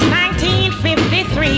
1953